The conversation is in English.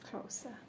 closer